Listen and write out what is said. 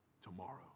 tomorrow